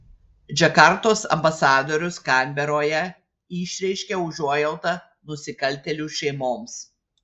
džakartos ambasadorius kanberoje išreiškė užuojautą nusikaltėlių šeimoms